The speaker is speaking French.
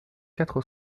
quatre